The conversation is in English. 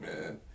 man